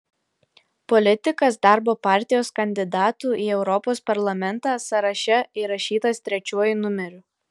politikas darbo partijos kandidatų į europos parlamentą sąraše įrašytas trečiuoju numeriu